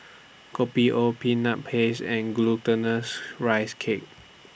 Kopi O Peanut Paste and Glutinous Rice Cake